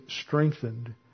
strengthened